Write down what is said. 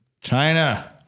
China